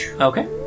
Okay